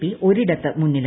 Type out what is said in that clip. P ഒരിടത്ത് മുന്നിലാണ്